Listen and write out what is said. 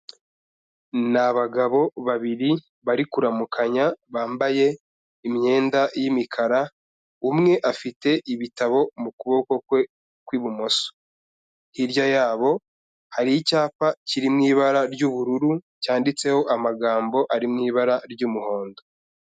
Ni abagabo babiri bari kuramukanya bambaye imyenda y'imikara, umwe afite ibitabo mu kuboko kwe kw'ibumoso. Hirya yabo hari icyapa kiri mu ibara ry'ubururu, cyanditseho amagambo ari mu ibara ry'umuhondo.